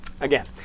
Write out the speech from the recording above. Again